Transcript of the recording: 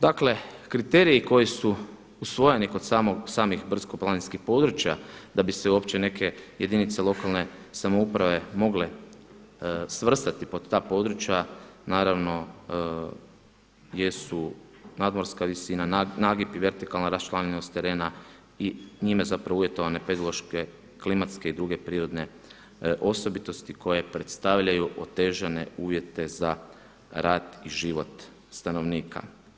Dakle, kriteriji koji su usvojeni kod samih brdsko-planinskih područja da bi se uopće neke jedinice lokalne samouprave mogle svrstati pod ta područja naravno jesu nadmorska visina, nagib i vertikalna raščlanjenost terena i njime zapravo uvjetovanje …, klimatske i druge prirodne osobitosti koje predstavljaju otežane uvjete za rad i život stanovnika.